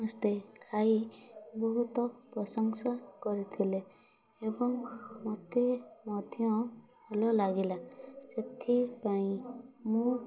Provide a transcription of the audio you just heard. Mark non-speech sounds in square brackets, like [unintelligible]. [unintelligible] ଖାଇ ବହୁତ ପ୍ରଶଂସା କରିଥିଲେ ଏବଂ ମୋତେ ମଧ୍ୟ ଭଲ ଲାଗିଲା ସେଥିପାଇଁ ମୁଁ